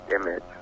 image